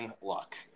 luck